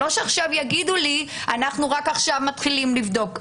ולא שעכשיו יגידו לי שרק עכשיו מתחילים לבדוק.